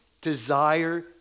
desire